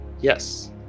Yes